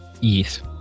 Yes